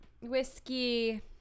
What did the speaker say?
whiskey